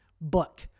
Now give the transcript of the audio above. book